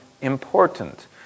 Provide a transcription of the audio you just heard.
important